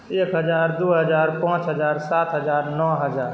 एक हजार दुइ हजार पाँच हजार सात हजार नओ हजार